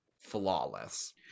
flawless